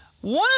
one